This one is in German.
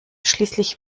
schließlich